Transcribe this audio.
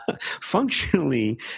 functionally